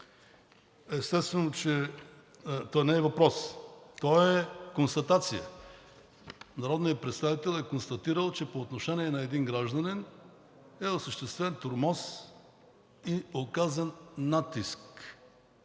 въпрос, то не е въпрос, то е констатация. Народният представител е констатирал, че по отношение на един гражданин е осъществен тормоз и е оказан натиск.